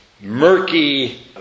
murky